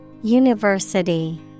University